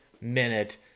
minute